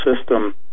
system